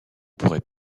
pourrait